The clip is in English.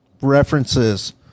references